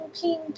ping